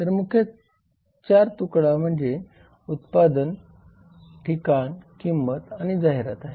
तर मुख्य 4 तुकडा म्हणजे उत्पादन ठिकाण किंमत आणि जाहिरात आहे